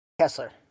Kessler